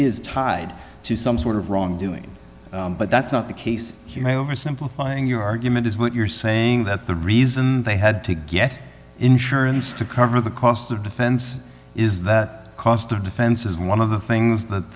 is tied to some sort of wrongdoing but that's not the case here over simplifying your argument is what you're saying that the reason they had to get insurance to cover the cost of defense is that cost of defense is one of the things that